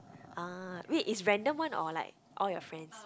ah wait is random one or like all your friends